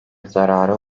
zarara